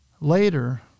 Later